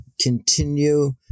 continue